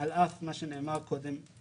על אף מה שנאמר קודם,